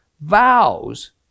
vows